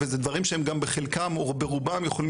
וזה דברים שהם גם בחלקם או רובם יכולים